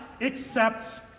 accepts